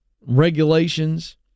regulations